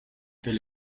tel